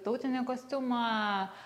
tautinį kostiumą